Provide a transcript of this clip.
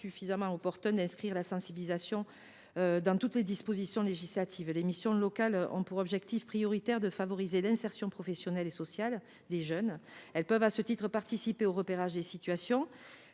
suffisamment opportun d’inscrire la sensibilisation dans toutes les dispositions législatives. Les missions locales ont pour objectif prioritaire de favoriser l’insertion professionnelle et sociale des jeunes. Elles peuvent, à ce titre, participer au repérage des situations.